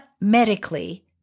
medically